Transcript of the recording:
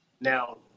Now